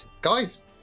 guys